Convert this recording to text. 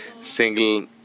single